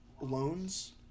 loans